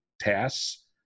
tasks